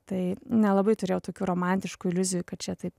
tai nelabai turėjau tokių romantiškų iliuzijų kad čia taip